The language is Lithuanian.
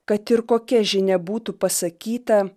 kad ir kokia žinia būtų pasakyta